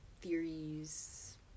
theories